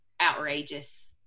outrageous